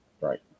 Right